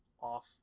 off